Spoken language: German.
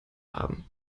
haben